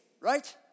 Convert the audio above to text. right